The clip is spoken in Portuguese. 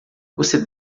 você